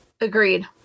Agreed